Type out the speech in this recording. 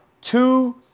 two